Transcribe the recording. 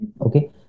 Okay